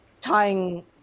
tying